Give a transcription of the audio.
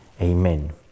Amen